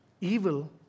Evil